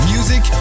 Music